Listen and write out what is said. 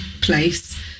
place